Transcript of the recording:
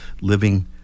living